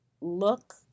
look